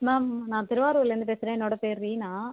ma'am நான் திருவாரூர்லேருந்து பேசுகிறேன் என்னோடய பேர் ரீனா